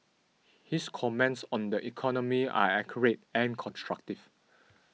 his comments on the economy are accurate and constructive